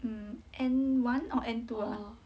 um N one or N two ah